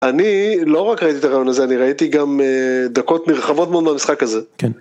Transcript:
אני לא רק ראיתי את הראיון הזה, אני ראיתי גם דקות נרחבות מאוד במשחק הזה.